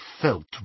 felt